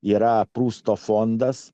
yra prusto fondas